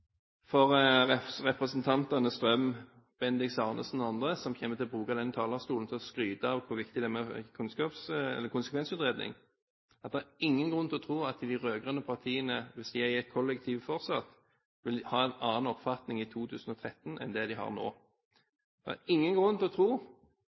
nevne for representantene Strøm, Arnesen og andre som kommer til å bruke denne talerstolen til å skryte av hvor viktig det er med konsekvensutredning, at det er ingen grunn til å tro at de rød-grønne partiene, hvis de er i et kollektiv fortsatt, vil ha en annen oppfatning i 2013 enn de har nå.